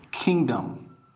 kingdom